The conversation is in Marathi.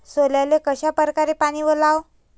सोल्याले कशा परकारे पानी वलाव?